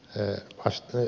se astuu